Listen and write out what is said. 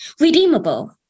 redeemable